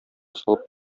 салып